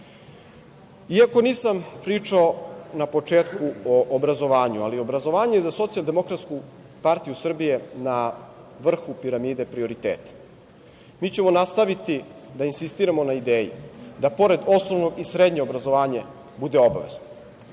nisam pričao na početku o obrazovanju, ali obrazovanje je za Socijaldemokratsku partiju Srbije na vrhu piramide prioriteta. Mi ćemo nastaviti da insistiramo na ideji da, pored osnovnog, i srednje obrazovanje bude obavezno.